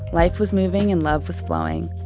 life was moving and love was flowing.